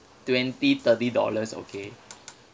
twenty thirty dollars okay